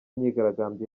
myigaragambyo